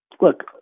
look